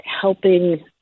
helping